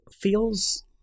feels